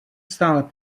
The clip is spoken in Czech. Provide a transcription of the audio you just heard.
stále